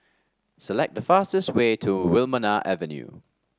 select the fastest way to Wilmonar Avenue